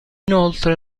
inoltre